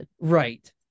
right